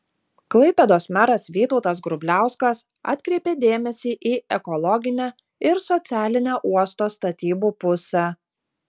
klaipėdos meras vytautas grubliauskas atkreipė dėmesį į ekologinę ir socialinę uosto statybų pusę